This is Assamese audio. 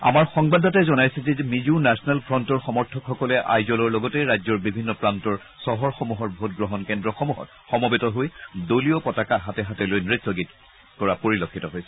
আমাৰ সংবাদদাতাই জনাইছে যে মিজো নেচনেল ফ্ৰণ্টৰ সমৰ্থকসকলে আইজলৰ লগতে ৰাজ্যৰ বিভিন্ন প্ৰান্তৰ চহৰসমূহৰ ভোটগ্ৰহণ কেন্দ্ৰসমূহত সমবেত হৈ দলীয় পতাকা হাতে হাতে লৈ নৃত্য কৰা পৰিলক্ষিত হৈছে